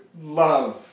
love